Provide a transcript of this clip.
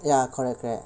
ya correct correct